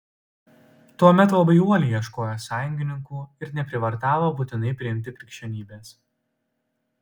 tuomet labai uoliai ieškojo sąjungininkų ir neprievartavo būtinai priimti krikščionybės